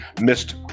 missed